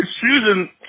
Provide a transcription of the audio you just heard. Susan